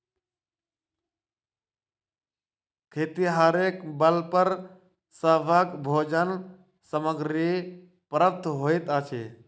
खेतिहरेक बल पर सभक भोजन सामग्री प्राप्त होइत अछि